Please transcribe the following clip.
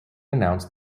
announce